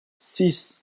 six